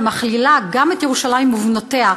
המכלילה גם את ירושלים ובנותיה,